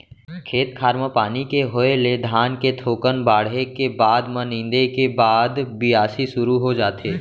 खेत खार म पानी के होय ले धान के थोकन बाढ़े के बाद म नींदे के बाद बियासी सुरू हो जाथे